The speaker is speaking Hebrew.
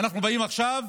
ואנחנו באים עכשיו